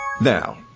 Now